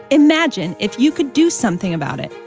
imagine if you could do something about it.